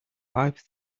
five